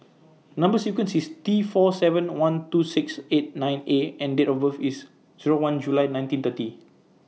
Number sequence IS T four seven one two six eight nine A and Date of birth IS Zero one July nineteen thirty